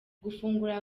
gufungura